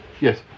yes